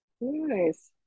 Nice